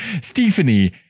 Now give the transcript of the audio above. Stephanie